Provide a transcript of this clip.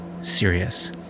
serious